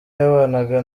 yabanaga